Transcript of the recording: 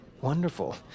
Wonderful